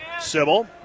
Sybil